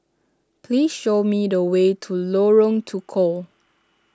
please show me the way to Lorong Tukol